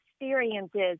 experiences